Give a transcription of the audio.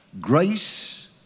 grace